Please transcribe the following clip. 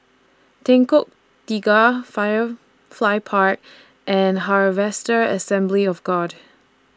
Tiga Firefly Park and Harvester Assembly of God